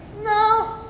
No